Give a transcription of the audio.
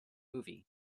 movie